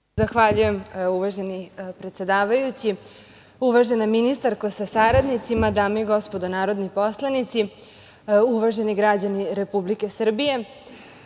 Zahvaljujem, uvaženi predsedavajući. Uvažena ministarko sa saradnicima, dame i gospodo narodni poslanici, uvaženi građani Republike Srbije,